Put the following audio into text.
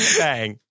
bang